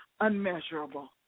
unmeasurable